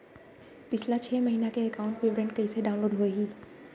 पिछला छः महीना के एकाउंट विवरण कइसे डाऊनलोड होही?